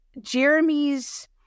Jeremy's